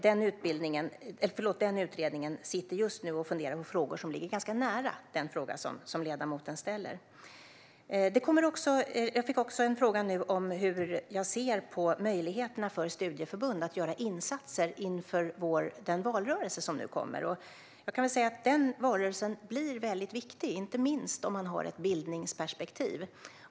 Den utredningen funderar just nu på frågor som ligger ganska nära den fråga som ledamoten ställer. Jag fick också en fråga nu om hur jag ser på möjligheterna för studieförbund att göra insatser inför den valrörelse som nu kommer. Jag kan säga att den valrörelsen blir väldigt viktig, inte minst om man har ett bildningsperspektiv.